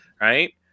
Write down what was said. right